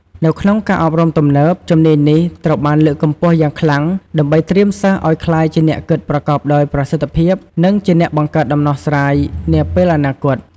នៅក្នុងការអប់រំទំនើប ជំនាញនេះត្រូវបានលើកកម្ពស់យ៉ាងខ្លាំងដើម្បីត្រៀមសិស្សឲ្យក្លាយជាអ្នកគិតប្រកបដោយប្រសិទ្ធភាព និងជាអ្នកបង្កើតដំណោះស្រាយនាពេលអនាគត។